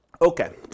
okay